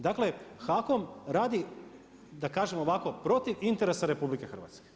Dakle HAKOM radi da kažem ovako protiv interesa RH.